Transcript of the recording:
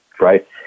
right